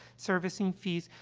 servicing fees.